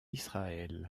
israël